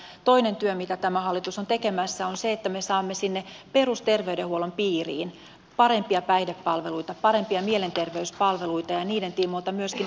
ja toinen työ mitä tämä hallitus on tekemässä on se että me saamme sinne perusterveydenhuollon piiriin parempia päihdepalveluita parempia mielenterveyspalveluita ja niiden tiimoilta myöskin osaamista